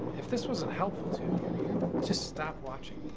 if this wasn't helpful to you, you just stop watching